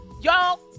y'all